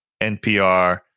NPR